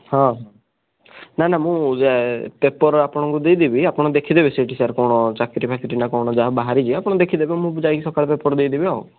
ହଁ ନା ନା ମୁଁ ପେପର ଆପଣଙ୍କୁ ଦେଇଦେବି ଆପଣ ଦେଖିଦେବେ ସେଇଠି ସାର୍ କଣ ଚାକିରି ଫାକିରି ନା କଣ ଯାହା ବାହାରିଛି ଆପଣ ଦେଖିଦେବେ ମୁଁ ଯାଇକି ସକାଳେ ପେପର ଦେଇଦେବି ଆଉ